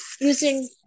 using